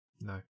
No